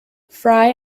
fry